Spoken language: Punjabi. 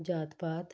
ਜਾਤ ਪਾਤ